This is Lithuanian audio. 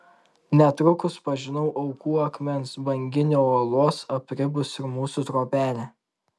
netrukus pažinau aukų akmens banginio uolos apribus ir mūsų trobelę